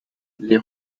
les